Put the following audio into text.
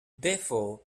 therefore